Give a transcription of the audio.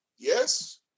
Yes